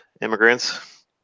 immigrants